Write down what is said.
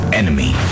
enemy